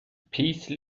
peace